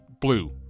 blue